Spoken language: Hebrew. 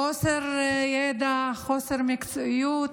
חוסר ידע, חוסר מקצועיות,